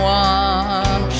one